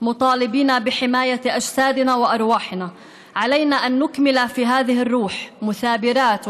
11 נשים ערביות נהרגו מתחילת שנת 2018. יצאנו בימים האחרונים אל הרחובות,